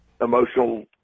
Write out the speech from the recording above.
emotional